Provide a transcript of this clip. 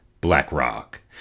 blackrock